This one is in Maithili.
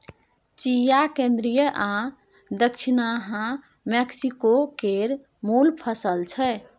चिया केंद्रीय आ दछिनाहा मैक्सिको केर मुल फसल छै